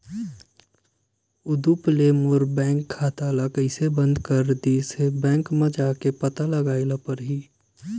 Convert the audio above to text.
उदुप ले मोर बैंक खाता ल कइसे बंद कर दिस ते, बैंक म जाके पता लगाए ल परही